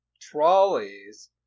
trolleys